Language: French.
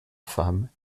femmes